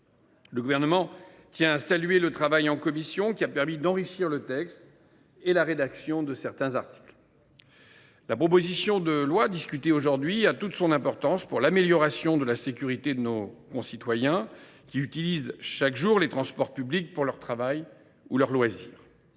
Le Gouvernement tient à saluer le travail réalisé en commission, qui a permis d’enrichir le texte et d’améliorer la rédaction de certains articles. Cette proposition de loi a toute son importance pour améliorer la sécurité de nos concitoyens, qui utilisent chaque jour les transports publics pour leur travail ou leurs loisirs.